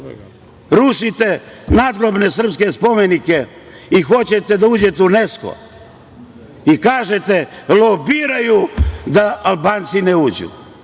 rušite nadgrobne srpske spomenike i hoćete da uđete u UNESKO i kažete – lobiraju da Albanci ne uđu.